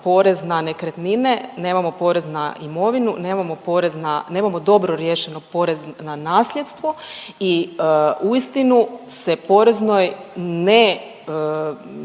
nemamo porez na imovinu, nemamo porez na, nemamo dobro riješeno porez na nasljedstvo i uistinu se poreznoj ne,